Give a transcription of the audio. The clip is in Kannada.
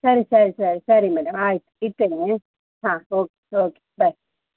ಸರಿ ಸರಿ ಸರಿ ಸರಿ ಮೇಡಮ್ ಆಯ್ತು ಇಡ್ತೇನೆ ಹಾಂ ಓಕೆ ಓಕೆ ಬಾಯ್